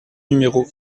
numéro